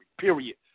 period